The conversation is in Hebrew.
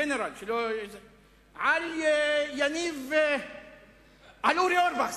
גנרל, על אורי אורבך.